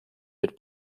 mit